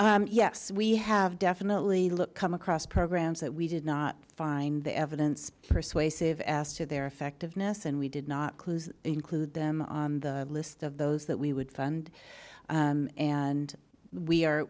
know yes we have definitely look come across programs that we did not find the evidence persuasive asked for their effectiveness and we did not close include them on the list of those that we would fund and